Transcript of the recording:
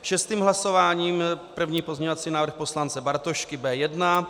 Šestým hlasováním je první pozměňovací návrh poslance Bartošky B1.